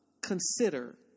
consider